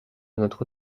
notre